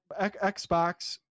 Xbox